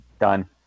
Done